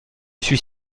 suis